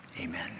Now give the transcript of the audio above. Amen